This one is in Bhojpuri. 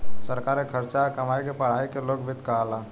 सरकार के खर्चा आ कमाई के पढ़ाई के लोक वित्त कहाला